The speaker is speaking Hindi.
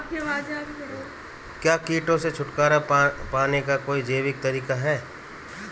क्या कीटों से छुटकारा पाने का कोई जैविक तरीका है?